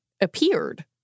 appeared